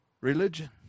religion